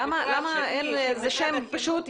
למה אין איזה שם פשוט?